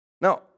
Now